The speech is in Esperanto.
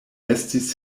estis